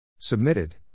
Submitted